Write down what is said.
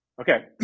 Okay